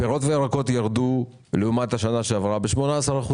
פירות וירקות ירדו ביחס לשנה שעברה ב-18%.